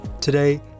Today